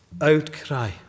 outcry